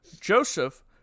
Joseph